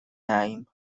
name